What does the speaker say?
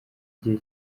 igihe